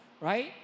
right